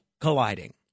colliding